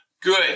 Good